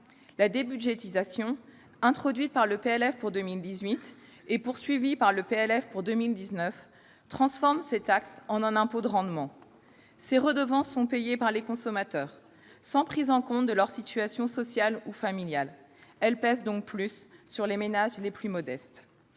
La débudgétisation introduite par le PLF pour 2018 et poursuivie par le PLF pour 2019 transforme ces taxes en un impôt de rendement. Ces redevances sont payées par les consommateurs, sans prise en compte de leur situation sociale ou familiale. Elles pèsent donc davantage sur les ménages les plus modestes.